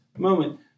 Moment